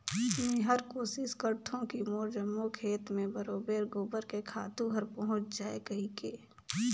मेहर कोसिस करथों की मोर जम्मो खेत मे बरोबेर गोबर के खातू हर पहुँच जाय कहिके